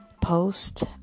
post